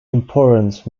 important